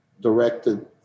directed